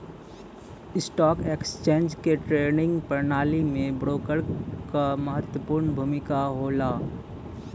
stock exchange के trading प्रणाली में ब्रोकर क महत्वपूर्ण भूमिका होला